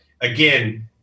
again